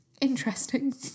interesting